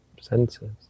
senses